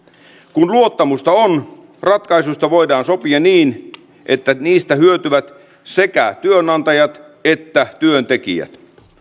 kun luottamusta on ratkaisuista voidaan sopia niin että niistä hyötyvät sekä työnantajat että työntekijät